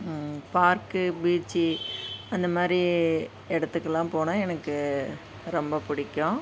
park beach அந்த மாதிரி இடத்துக்குலாம் போனால் எனக்கு ரொம்ப பிடிக்கும்